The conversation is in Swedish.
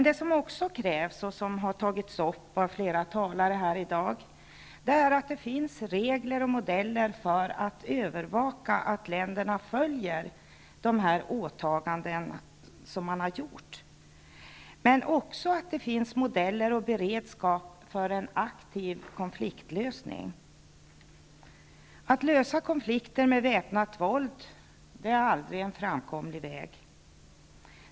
Det krävs även -- och det har tagits upp av flera talare här i dag -- att det finns regler och modeller för att övervaka att länder följer de åtaganden som de har gjort. Det måste också finnas modeller och beredskap för en aktiv konfliktlösning. Att lösa konflikter med väpnat våld är aldrig en framkomlig väg.